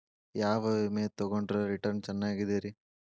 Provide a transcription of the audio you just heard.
ಯಾವ ವಿಮೆ ತೊಗೊಂಡ್ರ ರಿಟರ್ನ್ ಚೆನ್ನಾಗಿದೆರಿ?